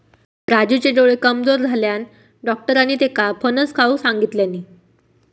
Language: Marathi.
राजूचे डोळे कमजोर झाल्यानं, डाक्टरांनी त्येका फणस खाऊक सांगितल्यानी